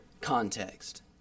context